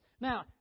Now